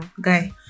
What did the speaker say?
guy